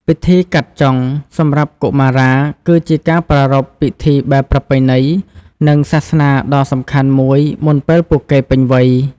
ពិធី "កាត់ចុង" សម្រាប់កុមារា គឺជាការប្រារព្ធពិធីបែបប្រពៃណី និងសាសនាដ៏សំខាន់មួយមុនពេលពួកគេពេញវ័យ។